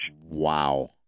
Wow